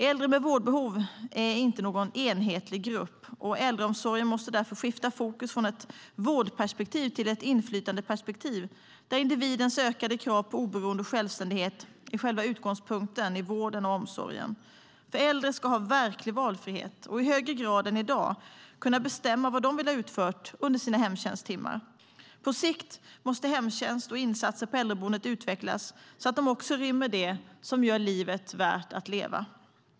Äldre med vårdbehov är inte någon enhetlig grupp, och äldreomsorgen måste därför skifta fokus från ett vårdperspektiv till ett inflytandeperspektiv där individens ökade krav på oberoende och självständighet är själva utgångspunkten i vården och omsorgen. Äldre ska ha verklig valfrihet och i högre grad än i dag kunna bestämma vad de vill ha utfört under sina hemtjänsttimmar. På sikt måste hemtjänst och insatser på äldreboende utvecklas så att de också rymmer det som gör livet värt att leva.